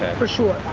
for sure.